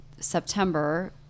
September